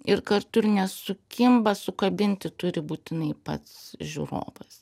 ir kartu ir nesukimba sukabinti turi būtinai pats žiūrovas